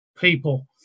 people